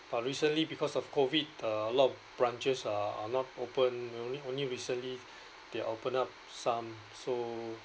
but recently because of COVID a lot of branches are are not open only only recently they open up some so